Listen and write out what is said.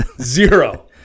Zero